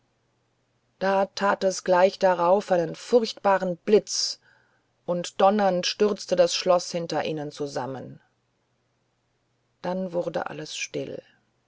da tat es gleich darauf einen furchtbaren blitz und donnernd stürzte das schloß hinter ihnen zusammen dann wurde alles still